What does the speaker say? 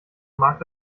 mag